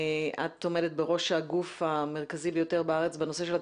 את עומדת בראש הגוף המרכזי ביותר בארץ בנושא של התכנון,